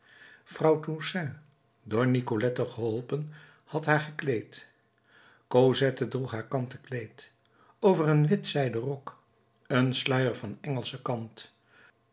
vrouw toussaint door nicolette geholpen had haar gekleed cosette droeg haar kanten kleed over een wit zijden rok een sluier van engelsche kant